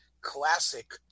classic